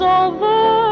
over